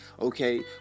Okay